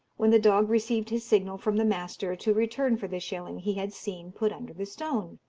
when the dog received his signal from the master to return for the shilling he had seen put under the stone.